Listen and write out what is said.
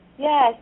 Yes